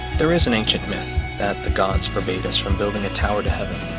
there is an ancient myth that the gods forbade us from building a tower to heaven